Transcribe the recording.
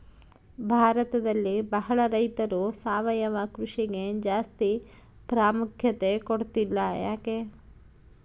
ಭಾರತದಲ್ಲಿ ಬಹಳ ರೈತರು ಸಾವಯವ ಕೃಷಿಗೆ ಜಾಸ್ತಿ ಪ್ರಾಮುಖ್ಯತೆ ಕೊಡ್ತಿಲ್ಲ ಯಾಕೆ?